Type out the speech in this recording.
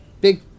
big